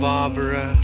Barbara